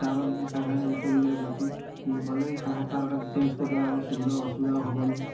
ତାର ଯଦି ସାଙ୍ଗେ ସାଙ୍ଗେ ରିପ୍ୟାରିଙ୍ଗ୍ କରିବାକୁ ପଡ଼ୁଛି ଗଲେ ସାଙ୍ଗେ ସାଙ୍ଗେ ତାରଟା ଯଦି ଚେଞ୍ଜ୍ କରିଦେବା ଆମର ସୁବିଧା ଆଉ ଅସୁବିଧା ହେବନି